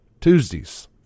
Tuesdays